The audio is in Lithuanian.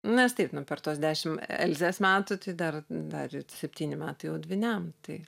nes taip na per tuos dešim elzės metų tai dar dar ir septyni metai jau dvyniam tai